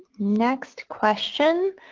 next question.